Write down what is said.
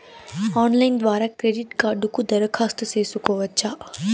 Online ద్వారా credit కార్డుకు దరఖాస్తు సేసుకోవచ్చా?